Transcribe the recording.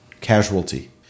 casualty